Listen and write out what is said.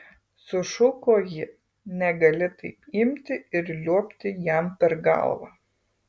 sušuko ji negali taip imti ir liuobti jam per galvą